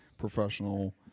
Professional